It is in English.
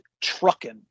trucking